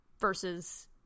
versus